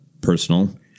personal